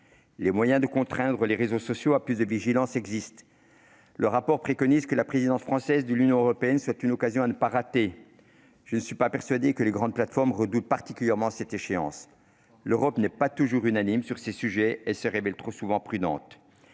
Les moyens de contraindre les réseaux sociaux à plus de vigilance existent. Le rapport souligne que la présidence française de l'Union européenne est une occasion à ne pas rater. Toutefois, je ne suis pas persuadé que les grandes plateformes redoutent particulièrement cette échéance. L'Europe n'est pas toujours unanime sur ces sujets et elle se révèle trop souvent frileuse.